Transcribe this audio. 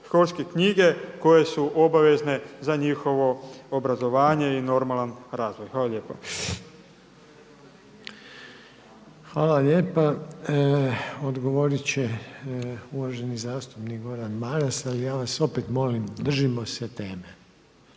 školske knjige koje su obavezne za njihovo obrazovanje i normalan razvoj. Hvala lijepa. **Reiner, Željko (HDZ)** Hvala lijepa. Odgovorit će uvaženi zastupnik Gordan Maras. Ali ja vas opet molim držimo se teme.